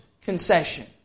concession